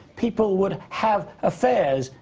people would have affairs,